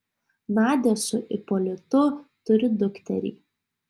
nadia su ipolitu turi dukterį